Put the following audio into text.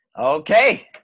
Okay